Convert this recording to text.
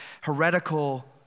heretical